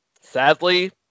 sadly